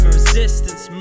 resistance